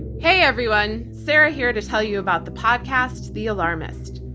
hey everyone. sarah here to tell you about the podcast, the alarmist.